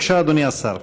בבקשה, אדוני השר.